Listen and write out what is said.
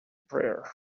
prayer